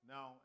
Now